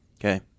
Okay